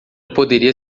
poderia